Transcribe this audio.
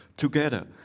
Together